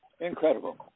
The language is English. Incredible